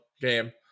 game